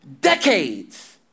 Decades